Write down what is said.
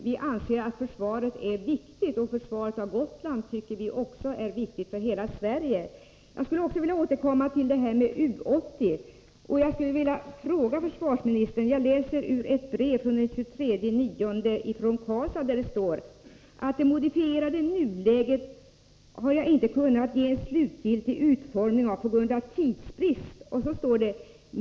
Vi anser att försvaret är viktigt, och försvaret av Gotland är viktigt för hela Sverige. Jag vill återkomma till U 80 och ställa en fråga till försvarsministern. Först skall jag dock citera ur ett brev från Gotlands militärkommando av den 23 september: ”Det modifierade nuläget har jag inte kunnat ge en slutgiltig utformning p g a tidsbrist.